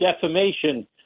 defamation